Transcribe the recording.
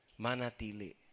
Manatili